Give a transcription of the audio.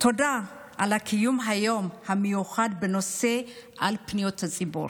תודה על קיום היום המיוחד בנושא פניות הציבור.